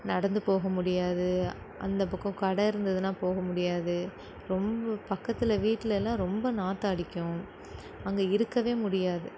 நடந்து போக முடியாது அந்த பக்கம் கடை இருந்துதுன்னா போக முடியாது ரொம்ப பக்கத்தில் வீடுலெல்லாம் ரொம்ப நாற்றம் அடிக்கும் அங்கே இருக்க முடியாது